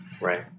Right